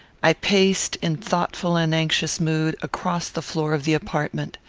i paced, in thoughtful and anxious mood, across the floor of the apartment.